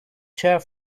chair